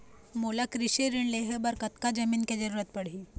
मोला कृषि ऋण लहे बर कतका जमीन के जरूरत पड़ही?